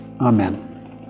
Amen